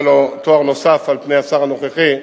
והיה לו תואר נוסף על פני השר הנוכחי,